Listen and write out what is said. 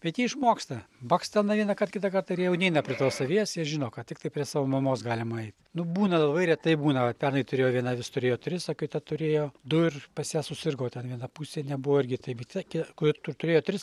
bet jie išmoksta bakstelna vienąkart kitą kartą ir jie jau neeina prie tos avies jie žino kad tiktai prie savo mamos galima eit nu būna labai retai būna vat pernai turėjo viena avis turėjo tris o kita turėjo du ir pas ją susirgo va ten viena pusė nebuvo irgi taip ji tokia kur tu turėjo tris